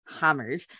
hammered